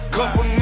Couple